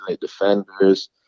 defenders